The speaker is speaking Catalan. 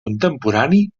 contemporani